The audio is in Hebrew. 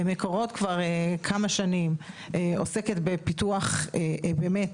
"מקורות" כבר כמה שנים עוסקת בפיתוח, באמת,